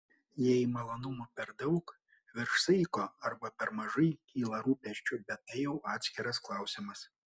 jei malonumų per daug virš saiko arba per mažai kyla rūpesčių bet tai jau atskiras klausimas